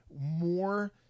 more